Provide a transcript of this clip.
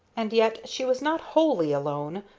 and yet she was not wholly alone,